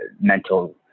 mental